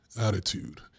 Attitude